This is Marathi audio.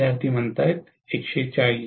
विद्यार्थीः 140